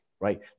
right